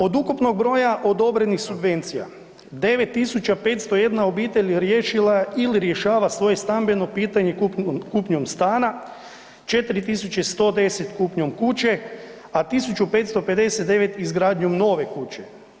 Od ukupnog broja odobrenih subvencija 9.501 obitelj je riješila ili rješava svoje stambeno pitanje kupnjom stana, 4.110 kupnjom kuće, a 1.559 izgradnjom nove kuće.